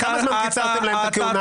לכמה זמן קיצרתם להם את הכהונה?